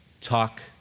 talk